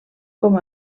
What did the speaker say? com